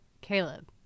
Caleb